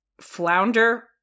flounder